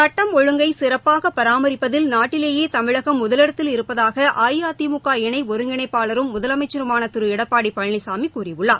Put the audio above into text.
சுட்டம் ஒழுங்கை சிறப்பாக பராமிப்பதில் நாட்டிலேயே தமிழகம் முதலிடத்தில் இருப்பதாக அஇஅதிமுக இணை ஒருங்கிணைப்பாளரும் முதலமைச்சருமான திரு எடப்பாடி பழனிசாமி கூறியுள்ளார்